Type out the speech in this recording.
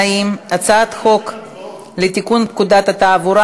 ההצעה להעביר את הצעת חוק לתיקון פקודת התעבורה